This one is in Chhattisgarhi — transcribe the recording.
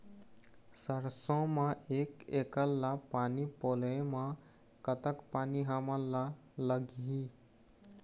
सरसों म एक एकड़ ला पानी पलोए म कतक पानी हमन ला लगही?